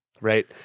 right